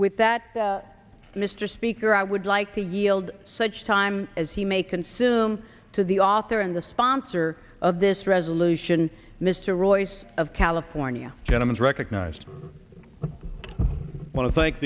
with that mr speaker i would like to yield such time as he may consume to the author and the sponsor of this resolution mr royce of california gentleman's recognized i want to thank